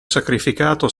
sacrificato